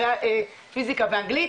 פיזיקה ואנגלית,